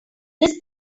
this